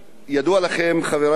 חברי חברי הכנסת,